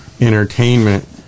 Entertainment